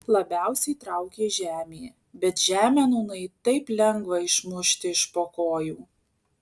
labiausiai traukė žemė bet žemę nūnai taip lengva išmušti iš po kojų